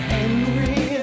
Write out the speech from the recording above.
Henry